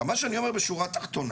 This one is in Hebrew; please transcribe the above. עכשיו מה שאני אומר בשורה תחתונה,